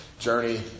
journey